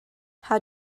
how